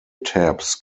taps